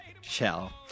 shell